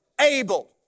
Abel